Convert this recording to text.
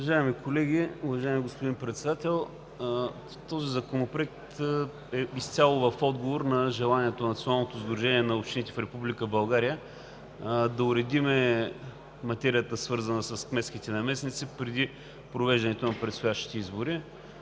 Уважаеми колеги, уважаеми господин Председател! Този законопроект е изцяло в отговор на желанието на Националното сдружение на общините в Република България да уредим материята, свързана с кметските наместници преди провеждането на предстоящите избори.